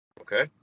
Okay